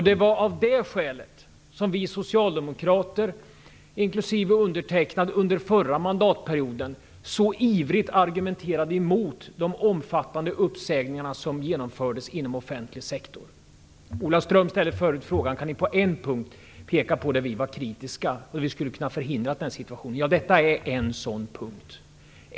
Det var av det skälet som vi socialdemokrater, inklusive mig, under den förra mandatperioden så ivrigt argumenterade mot de omfattande uppsägningar som genomfördes inom den offentliga sektorn. Ola Ström ställde frågan om vi kunde peka på någon punkt där vi var kritiska och om vi hade något förslag som skulle ha förhindrat den situationen. Detta är en sådan punkt.